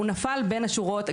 הוא נפל בין השורות.